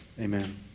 Amen